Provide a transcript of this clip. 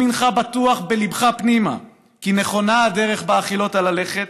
אם הינך בטוח בליבך פנימה כי נכונה היא הדרך בה החילות ללכת,